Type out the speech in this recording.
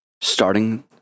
starting